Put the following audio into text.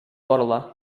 барыла